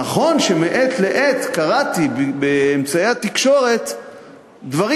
נכון שמעת לעת קראתי באמצעי התקשורת דברים